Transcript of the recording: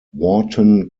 wharton